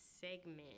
segment